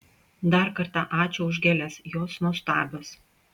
dar kartą ačiū už gėles jos nuostabios